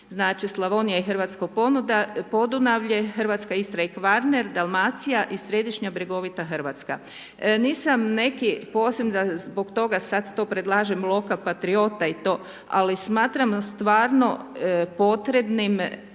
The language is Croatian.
Slavonija i hrvatsko Podunavlje, Hrvatska Istra i Kvarner, Dalmacija i središnja brjegovita Hrvatska. Nisam neki posebni, zbog toga sad to predlažem loka patriota i to, ali smatram stvarno potrebnim